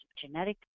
genetic